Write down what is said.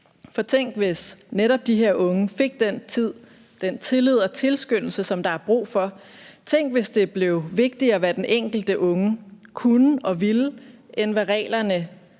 for tænk, hvis netop de her unge netop fik den tid, den tillid og tilskyndelse, som der er brug for, tænk, hvis det blev vigtigere, hvad den enkelte unge kunne og ville, end hvad reglerne